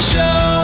Show